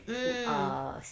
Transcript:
mm